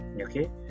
okay